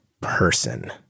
person